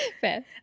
Fair